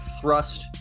thrust